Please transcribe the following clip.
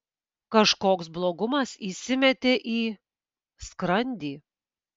kažkoks blogumas įsimetė į skrandį